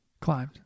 climbed